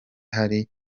ahari